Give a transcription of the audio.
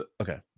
Okay